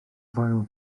foel